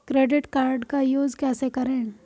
Credit card का use कैसे करें?